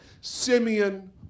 Simeon